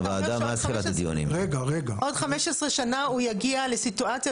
אתה אומר שעוד 15 שנה הוא יגיע לסיטואציה,